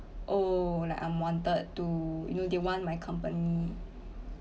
oh like I'm wanted to you know they want my company